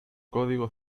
código